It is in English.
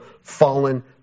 fallen